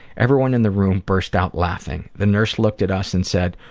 everyone in the room burst out laughing. the nurse looked at us and said,